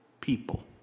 people